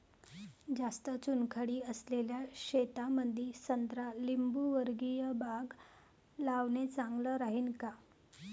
जास्त चुनखडी असलेल्या शेतामंदी संत्रा लिंबूवर्गीय बाग लावणे चांगलं राहिन का?